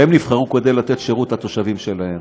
שהם נבחרו כדי לתת שירות לתושבים שלהם.